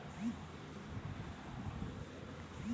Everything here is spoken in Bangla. যে ছব মার্কেট গুলাতে বিদ্যাশি জিলিস বেঁচে